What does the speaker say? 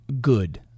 good